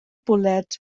bwled